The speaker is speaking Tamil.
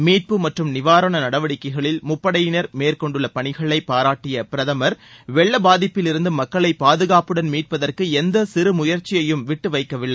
மீட்பு மற்றும் நிவாரண நடவடிக்கைகளில் முப்படையினர் மேற்கொண்ட பணிகளை பாராட்டிய பிரதம் வெள்ள பாதிப்பிலிருந்து மக்களை பாதுகாப்புடன் மீட்பதற்கு எந்த சிறு முயற்சியையும் விட்டுவைக்கவில்லை